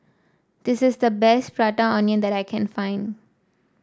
this is the best Prata Onion that I can find